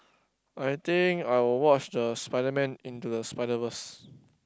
I think I will watch the Spider-Man Into the Spider-Verse